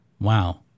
Wow